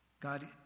God